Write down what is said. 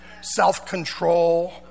Self-control